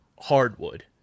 hardwood